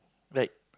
right